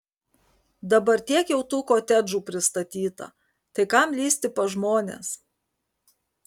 dabar tiek jau tų kotedžų pristatyta tai kam lįsti pas žmones